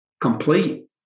complete